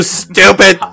stupid